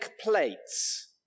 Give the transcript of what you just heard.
plates